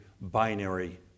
binary